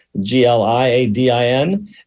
G-L-I-A-D-I-N